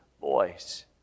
voice